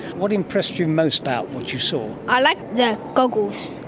what impressed you most about what you saw? i liked the goggles,